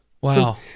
Wow